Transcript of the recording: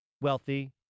wealthy